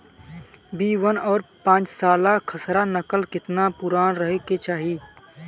B one और पांचसाला खसरा नकल केतना पुरान रहे के चाहीं?